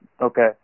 Okay